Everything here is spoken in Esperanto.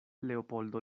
leopoldo